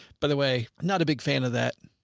by the way, not a big fan of that.